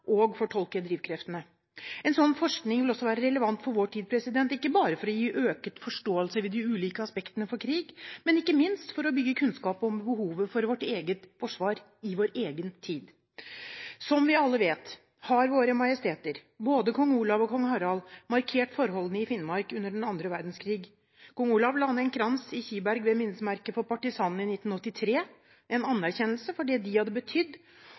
og fortolke drivkreftene. En slik forskning vil også være relevant for vår tid, ikke bare for å gi økt forståelse av de ulike aspektene for krig, men også – og ikke minst – for å bygge kunnskap om behovet for vårt eget forsvar i vår egen tid. Som vi alle vet, har våre majesteter, både kong Olav og kong Harald, markert forholdene i Finnmark under 2. verdenskrig. Kong Olav la ned en krans i Kiberg ved minnesmerket for partisanene i 1983 – en anerkjennelse for det de hadde betydd